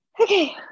Okay